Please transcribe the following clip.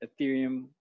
Ethereum